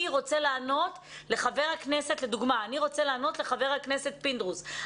אני רוצה לענות לחבר הכנסת פינדרוס,